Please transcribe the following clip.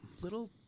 little